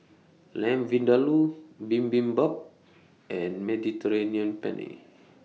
Lamb Vindaloo Bibimbap and Mediterranean Penne